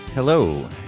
Hello